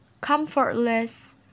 comfortless